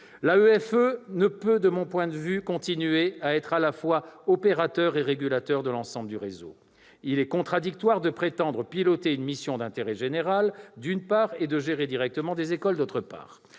L'AEFE ne peut, de mon point de vue, continuer à être à la fois opérateur et régulateur de l'ensemble du réseau. Il est contradictoire de prétendre piloter une mission d'intérêt général, d'une part, et de gérer directement des écoles, d'autre part.